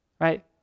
Right